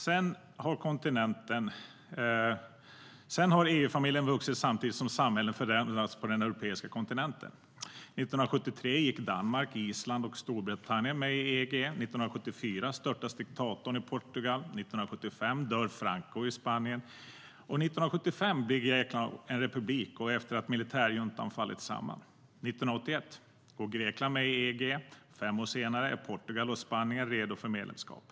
Sedan har EU-familjen vuxit samtidigt som samhällen förändrats på den europeiska kontinenten. År 1973 gick Danmark, Irland och Storbritannien med i EEG. År 1974 störtades diktatorn i Portugal. År 1975 dog Franco i Spanien. År 1975 blev Grekland en republik efter att militärjuntan fallit samman. År 1981 gick Grekland med i EEG, och fem år senare var Portugal och Spanien redo för medlemskap.